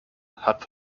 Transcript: hat